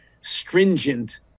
stringent